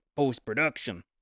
post-production